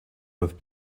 with